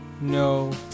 No